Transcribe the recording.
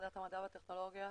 ועדת המדע והטכנולוגיה,